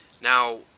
Now